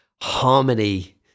harmony